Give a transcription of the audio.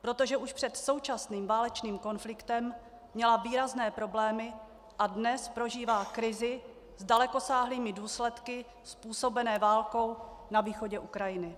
Protože už před současným válečným konfliktem měla výrazné problémy a dnes prožívá krizi s dalekosáhlými důsledky způsobenou válkou na východě Ukrajiny.